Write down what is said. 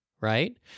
right